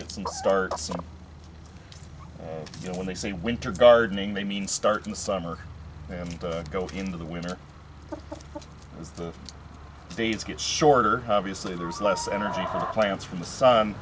get some start you know when they say winter gardening they mean start in the summer and go in the winter as the days get shorter obviously there's less energy plants from the sun